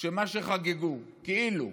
שמה שחגגו, כאילו,